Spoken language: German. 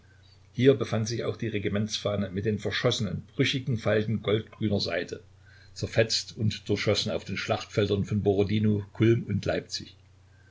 hier befand sich auch die regimentsfahne mit den verschossenen brüchigen falten goldgrüner seide zerfetzt und durchschossen auf den schlachtfeldern von borodino kulm und leipzig